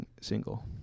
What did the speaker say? single